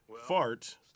fart